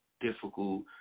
difficult